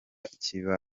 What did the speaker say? kiba